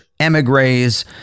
emigres